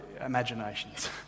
imaginations